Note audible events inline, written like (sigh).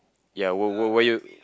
ya (noise) where you